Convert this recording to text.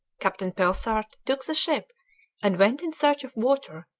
captain pelsart took the ship and went in search of water,